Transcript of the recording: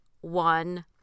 one